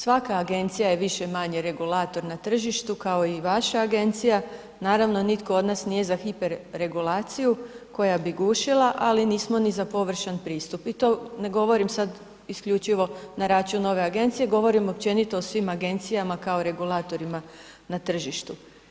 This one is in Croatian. Svaka agencija je više-manje regulator na tržištu kao i vaša agencija, naravno nitko od nas nije za hiper regulaciju koja bi gušila, ali nismo ni za površan pristup i to ne govorim sad isključivo na račun ove agencije, govorim općenito o svim agencijama kao regulatorima na tržištu.